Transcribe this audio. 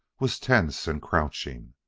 was tense and crouching.